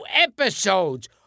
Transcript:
episodes